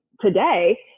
today